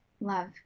love